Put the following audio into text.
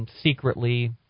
secretly